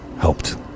helped